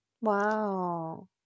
Wow